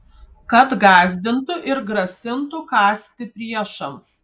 kad gąsdintų ir grasintų kąsti priešams